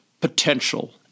potential